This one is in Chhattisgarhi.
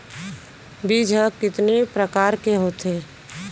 बीज ह कितने प्रकार के होथे?